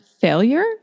failure